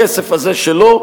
הכסף הזה שלו,